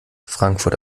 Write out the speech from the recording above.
frankfurt